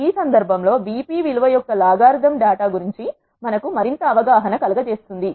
ఈ సందర్భంగా BP విలువ యొక్క లాగరిథమ్ డేటా గురించి మనకు మరింత అవగాహన కలుగచేస్తుంది